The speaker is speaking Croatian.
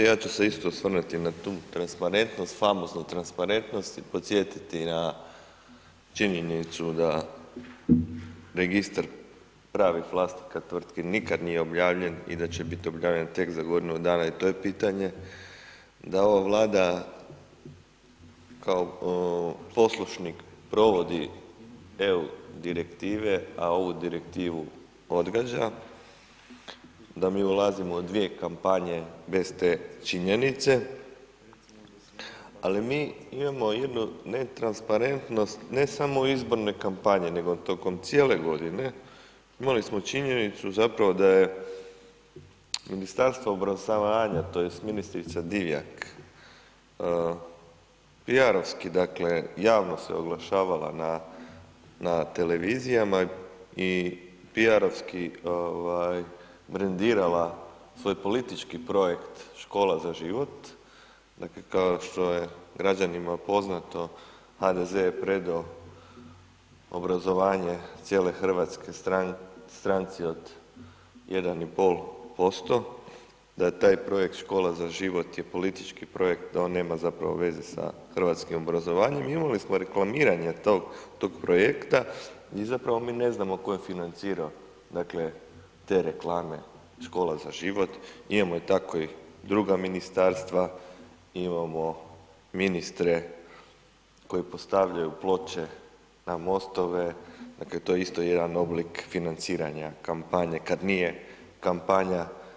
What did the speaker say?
Ja ću se isto osvrnuti na tu transparentnost, famoznu transparentnost i podsjetiti na činjenicu da registar pravih vlasnika tvrtki nikad nije objavljen i da će biti objavljen tek za godinu dana i to je pitanje da ova Vlada kao poslušnik provodi EU direktive a ovu direktivu odgađa, da mi ulazimo u dvije kampanje bez te činjenice, ali mi imamo jednu netransparentnost ne samo u izbornoj kampanji nego tokom cijele godine, imali smo činjenicu zapravo da je Ministarstvo obrazovanja tj. ministrica Divjak PR-ovski dakle javno se oglašavala na televizijama i PR-ovski brendirala svoj politički projekt Škola za život, dakle kao što je građanima poznato, HDZ je predao obrazovanje cijele Hrvatske stranci od 1,5%, da taj projekt Škola za život je politički projekt da on nema veze zapravo veze sa hrvatskim obrazovanjem, imali smo reklamiranje tog projekta i zapravo mi ne znamo tko je financirao dakle te reklame Škola za život, imamo tako i druga ministarstva, imamo ministre koji postavljaju ploče na mostove, dakle to je isto jedan oblik financiranja kampanje kad nije kampanje.